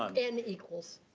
um n equals.